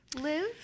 Live